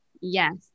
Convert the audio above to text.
Yes